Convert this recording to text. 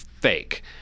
fake